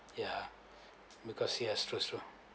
ya because yes it's true